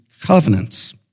covenants